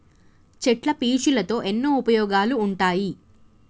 చెట్ల పీచులతో ఎన్నో ఉపయోగాలు ఉంటాయి